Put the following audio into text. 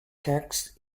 tax